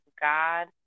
God